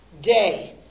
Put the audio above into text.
day